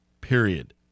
period